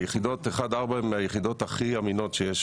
היחידות 1-4 הן היחידות הכי אמינות שיש